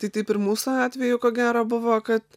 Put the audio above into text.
tai taip ir mūsų atveju ko gero buvo kad